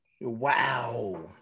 Wow